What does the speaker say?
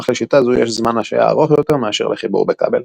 אך לשיטה זו יש זמן השהיה ארוך יותר מאשר לחיבור בכבל.